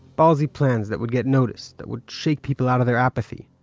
ballsy plans that would get noticed, that would shake people out of their apathy.